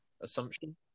assumption